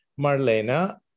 Marlena